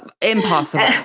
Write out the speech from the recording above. Impossible